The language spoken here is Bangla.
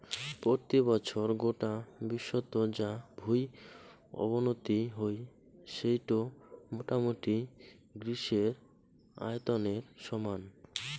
পত্যি বছর গোটা বিশ্বত যা ভুঁই অবনতি হই সেইটো মোটামুটি গ্রীসের আয়তনের সমান